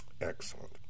excellent